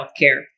healthcare